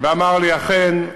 ואמר לי, אכן,